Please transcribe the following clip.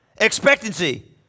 expectancy